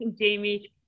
Jamie